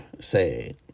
say